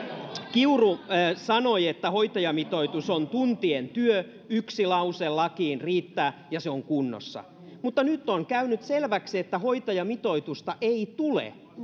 kiuru sanoi että hoitajamitoitus on tuntien työ yksi lause lakiin riittää ja se on kunnossa mutta nyt on käynyt selväksi että hoitajamitoitusta ei tule